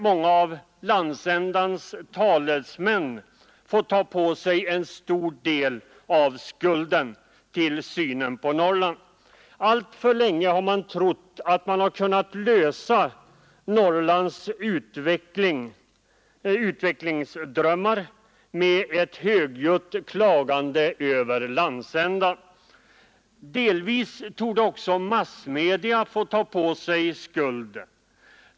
Många av landsändans talesmän torde få ta på sig en stor del av skulden för denna syn på Norrland. Alltför länge har man trott att man kunnat förverkliga Norrlands utvecklingsdrömmar genom ett högljutt klagande över landsändan. Delvis torde också massmedia få ta på sig skulden.